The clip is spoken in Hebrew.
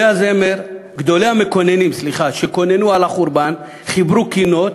גדולי המקוננים שקוננו על החורבן חיברו קינות,